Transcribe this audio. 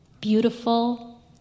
beautiful